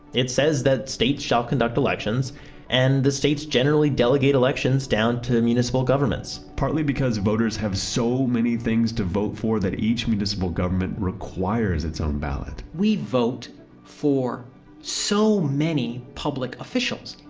it says that states shall conduct elections and the states generally delegate elections down to municipal governments partly because voters have so many things to vote for that each municipal government requires its own ballot we vote for so many public officials.